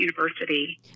university